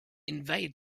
invade